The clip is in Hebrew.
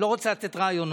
אני לא רוצה לתת רעיונות,